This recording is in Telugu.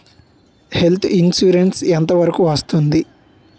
హెల్త్ ఇన్సురెన్స్ ఎంత వరకు వస్తుంది?